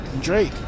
Drake